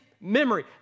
memory